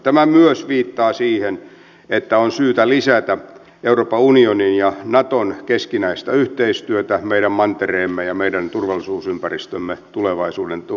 tämä myös viittaa siihen että on syytä lisätä euroopan unionin ja naton keskinäistä yhteistyötä meidän mantereemme ja meidän turvallisuusympäristömme tulevaisuuden vahvistamisessa